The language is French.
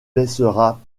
laisseras